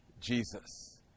Jesus